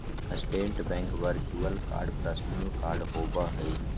state bank virtual card personal card होबो हइ